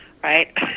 Right